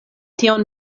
tion